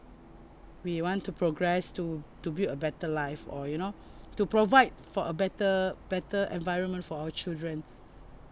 we want to progress to to build a better life or you know to provide for a better better environment for our children